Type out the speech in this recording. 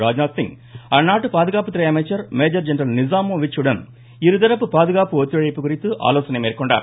ராஜ்நாத்சிங் அந்நாட்டு பாதுகாப்புத்துறை அமைச்சர் மேஜர் ஜென்ரல் நிஸாமோ விச்சுடன் இருதரப்பு பாதுகாப்பு ஒத்துழைப்பு குறித்து ஆலோசனை மேற்கொண்டார்